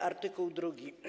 art. 2.